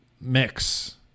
mix